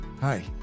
Hi